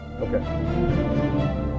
Okay